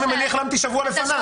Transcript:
גם אם החלמתי שבוע לפניו?